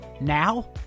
Now